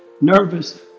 nervous